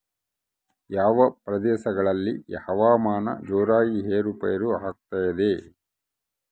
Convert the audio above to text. ಯಾವ ಪ್ರದೇಶಗಳಲ್ಲಿ ಹವಾಮಾನ ಜೋರಾಗಿ ಏರು ಪೇರು ಆಗ್ತದೆ?